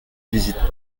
visite